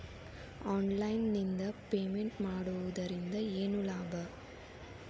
Online ನಿಂದ payment ಮಾಡುವುದರಿಂದ ಏನು ಲಾಭ?